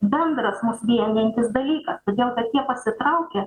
bendras mus vienijantis dalykas todėl kad jie pasitraukė